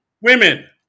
women